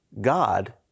God